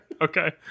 Okay